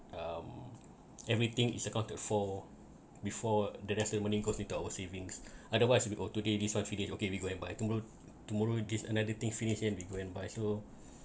um everything is accounted for before the rest of money consider our savings otherwise we got today this one finish okay we go and buy tomorr~ tomorrow this another things finished then we go and buy so